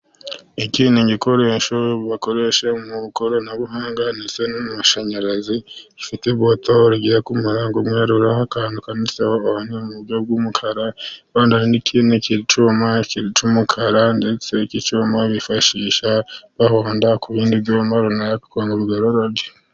iki n'ikoresho bakoreshe mu ikoranabuhanga ndetse n'amashanyarazi, gifite buto rigiye kumera nk'umweru ririho akantu gacometseho ku mukara, hirya ndabona kicuma cumukara ndetse iki cyuma bifashisha bahonda ku bindi byuma runaka kugirango bigororoke.